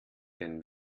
den